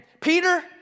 Peter